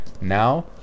Now